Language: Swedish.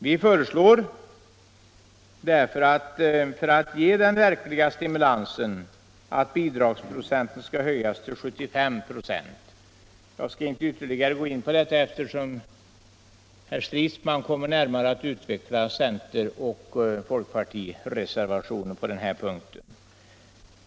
Därför föreslår vi — för att det alltså skall bli en verklig stimulans — att bidragsprocenten skall höjas till 75. Jag skall inte närmare gå in på detta, eftersom herr Stridsman kommer att utveckla centeroch folkpartireservationen på den här punkten.